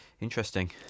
Interesting